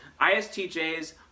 ISTJs